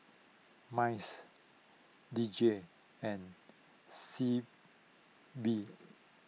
Mice D J and Sea B